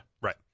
right